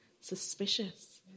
suspicious